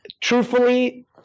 truthfully